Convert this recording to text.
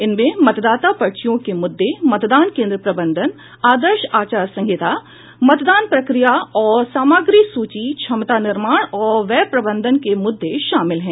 इनमें मतदाता पर्चियों के मुद्दे मतदान केन्द्र प्रबंधन आदर्श आचार संहिता मतदान प्रक्रियाएं और सामग्री सूची क्षमता निर्माण तथा व्यय प्रबंधन के मुद्दे शामिल हैं